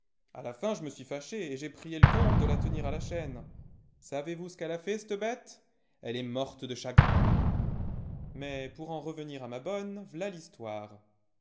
a la fin je m'suis fâché et j'ai prié l'comte de la tenir à la chaîne savez-vous c'qu'elle a fait c'te bête elle est morte de chagrin mais pour en revenir à ma bonne v'ià i'histoire